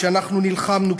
כשאנחנו נלחמנו,